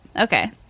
Okay